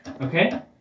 Okay